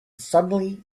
suddenly